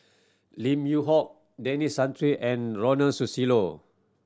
Lim Yew Hock Denis Santry and Ronald Susilo